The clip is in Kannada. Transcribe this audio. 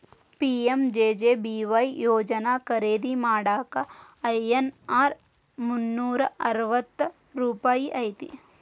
ಪಿ.ಎಂ.ಜೆ.ಜೆ.ಬಿ.ವಾಯ್ ಯೋಜನಾ ಖರೇದಿ ಮಾಡಾಕ ಐ.ಎನ್.ಆರ್ ಮುನ್ನೂರಾ ಮೂವತ್ತ ರೂಪಾಯಿ ಐತಿ